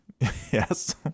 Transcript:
Yes